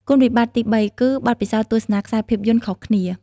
គុណវិបត្តិទីបីគឺ បទពិសោធន៍ទស្សនាខ្សែភាពយន្តខុសគ្នា។